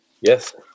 Yes